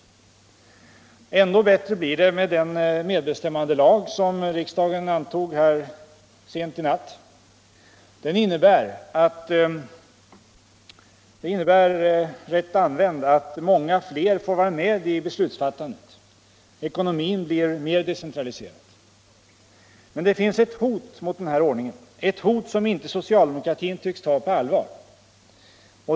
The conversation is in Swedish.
Och ändå bättre blir det med den medbestämmandelag som riksdagen antog sent i natt. Rätt använd kommer den att innebära att många fler får vara med i beslutsfattandet. Ekonomin blir mer decentraliserad. Men det finns ett hot mot denna ordning, som inte socialdemokratin tycks ta på allvar.